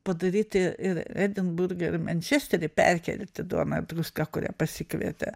padaryti ir edinburge ir į mančesterį perkelti duona ir druska kurią pasikvietė